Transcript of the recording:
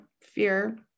fear